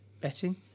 betting